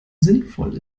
sinnvoll